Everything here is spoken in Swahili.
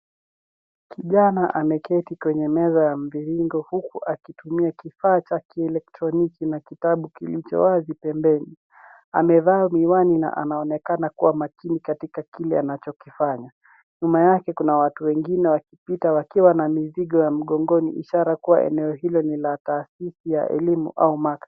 Kijana ameketi kwenye meza ya mviringo huku akitumia kifaa cha kielektroniki na kitabu kilicho wazi pembeni. Amevaa miwani na anaonekana kuwa makini katika kile anachokifanya. Nyuma yake kuna watu wengine wakipita wakiwa na mizigo ya mgongoni, ishara kuwa eneo hilo ni la taasisi ya elimu au maktaba.